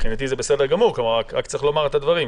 מבחינתי זה בסדר גמור, רק צריך לומר את הדברים.